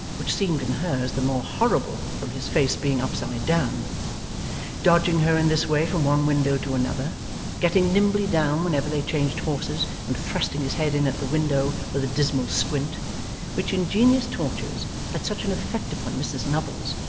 which seemed in hers the more horrible from his face being upside down dodging her in this way from one window to another getting nimbly down whenever they changed horses and thrusting his head in at the window with a dismal squint which ingenious tortures had such an effect upon mrs nubbles,